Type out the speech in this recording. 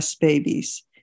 babies